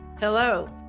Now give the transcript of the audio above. Hello